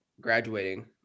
graduating